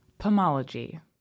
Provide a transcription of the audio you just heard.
pomology